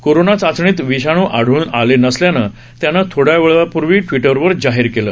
corona चाचणीत विषाणू आढळून आले नसल्याचं त्यानं थोड्यावेळापूर्वी ट्विटरवर जाहीर केलं